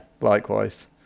likewise